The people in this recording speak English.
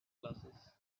glasses